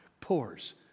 pours